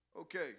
Okay